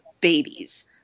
babies